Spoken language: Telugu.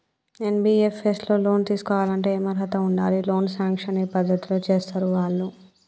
ఎన్.బి.ఎఫ్.ఎస్ లో లోన్ తీస్కోవాలంటే ఏం అర్హత ఉండాలి? లోన్ సాంక్షన్ ఏ పద్ధతి లో చేస్తరు వాళ్లు?